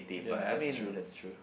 ya that's true that's true